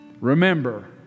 Remember